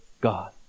God